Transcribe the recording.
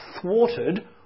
thwarted